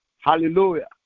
Hallelujah